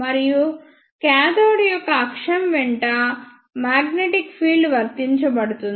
మరియు కాథోడ్ యొక్క అక్షం వెంట మాగ్నెటిక్ ఫీల్డ్ వర్తించబడుతుంది